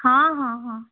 ହଁ ହଁ ହଁ ହଁ